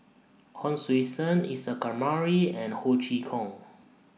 Hon Sui Sen Isa Kamari and Ho Chee Kong